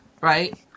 right